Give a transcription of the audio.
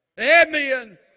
Amen